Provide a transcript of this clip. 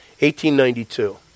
1892